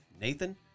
Nathan